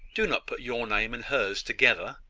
do not put your name and hers together!